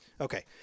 Okay